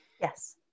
Yes